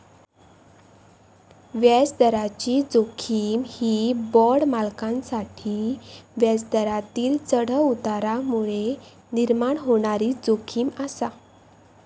व्याजदराची जोखीम ही बाँड मालकांसाठी व्याजदरातील चढउतारांमुळे निर्माण होणारी जोखीम आसा